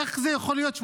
איך זה יכול להיות?